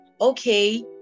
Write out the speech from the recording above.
okay